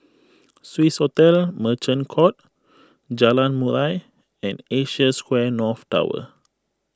Swissotel Merchant Court Jalan Murai and Asia Square North Tower